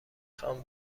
خوام